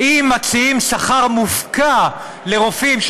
אם מציעים שכר מופקע לרופאים,